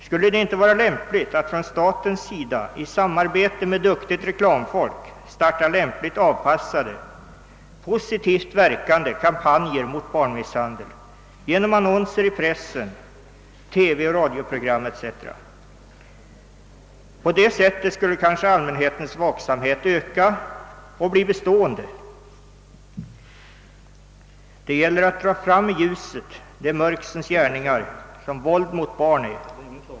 Skulle det inte vara lämpligt att från statens sida i samarbete med duktigt reklamfolk starta lämpligt avpassade positivt verkande kampanjer mot barnmisshandel genom annonser i pressen, TV, radioprogram etc.? På det sättet skulle kanske allmänhetens vaksamhet öka och bli bestående. Det gäller att dra fram i ljuset de mörksens gärningar som våld mot barn är.